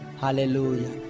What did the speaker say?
Hallelujah